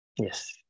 Yes